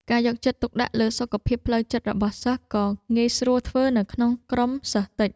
ការយកចិត្តទុកដាក់លើសុខភាពផ្លូវចិត្តរបស់សិស្សក៏ងាយស្រួលធ្វើនៅក្នុងក្រុមសិស្សតិច។